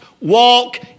walk